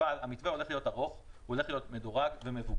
אבל המתווה הולך להיות ארוך והוא הולך להיות מדורג ומבוקר.